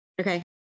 Okay